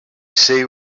see